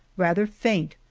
rather faint,